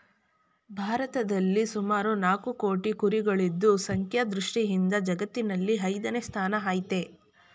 ಭಾರತದಲ್ಲಿ ಸುಮಾರು ನಾಲ್ಕು ಕೋಟಿ ಕುರಿಗಳಿದ್ದು ಸಂಖ್ಯಾ ದೃಷ್ಟಿಯಿಂದ ಜಗತ್ತಿನಲ್ಲಿ ಐದನೇ ಸ್ಥಾನ ಆಯ್ತೆ